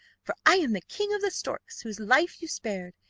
for i am the king of the storks whose life you spared,